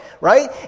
right